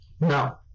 no